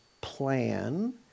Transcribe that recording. plan